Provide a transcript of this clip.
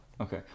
Okay